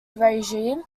regime